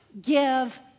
give